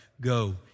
Go